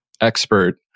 expert